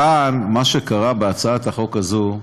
כאן, מה שקרה בהצעת החוק הזאת,